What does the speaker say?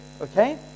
okay